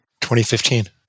2015